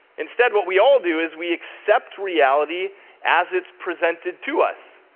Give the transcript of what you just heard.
instead, what we all do is we accept reality as it's presented to us.